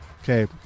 Okay